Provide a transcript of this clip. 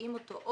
כשמוציאים אותו.